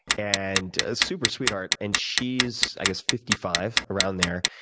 and super sweetheart. and she's i guess fifty five, around there,